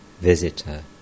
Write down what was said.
Visitor